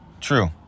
true